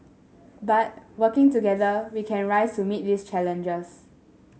but working together we can rise to meet these challenges